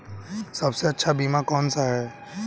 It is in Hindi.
सबसे अच्छा बीमा कौन सा है?